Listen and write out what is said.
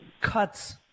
cuts